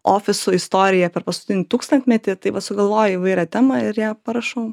ofisų istoriją per paskutinį tūkstantmetį tai va sugalvoju įvairią temą ir ją parašau